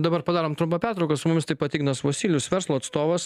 dabar padarom trumpą pertrauką su mumis taip pat ignas vosylius verslo atstovas